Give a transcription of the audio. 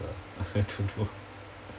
uh I don't know